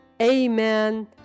Amen